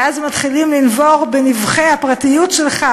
ואז מתחילים לנבור בנבכי הפרטיות שלך,